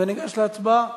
וניגש להצבעה.